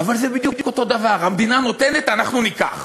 אבל זה בדיוק אותו דבר: המדינה נותנת, אנחנו ניקח.